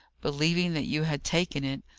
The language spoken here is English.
believing that you had taken it,